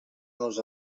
nos